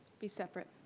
be separate,